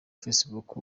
facebook